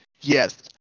Yes